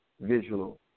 visual